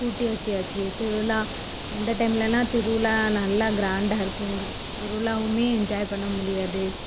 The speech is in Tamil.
பூட்டி வெச்சியாச்சு திருவிழா அந்த டைம்லெல்லாம் திருவிழா நல்லா க்ராண்டாக இருக்கும் இங்கே திருவிழாவுமே என்ஜாய் பண்ண முடியாது